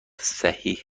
صحیح